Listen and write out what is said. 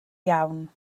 iawn